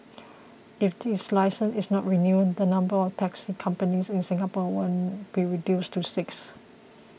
if its licence is not renewed the number of taxi companies in Singapore will be reduced to six